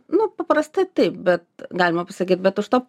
nu paprastai taip bet galima pasakyt bet už to